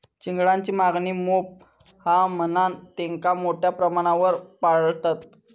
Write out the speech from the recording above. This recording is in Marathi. चिंगळांची मागणी मोप हा म्हणान तेंका मोठ्या प्रमाणावर पाळतत